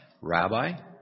Rabbi